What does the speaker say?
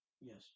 Yes